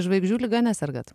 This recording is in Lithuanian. žvaigždžių liga nesergat